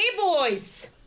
boys